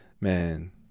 Man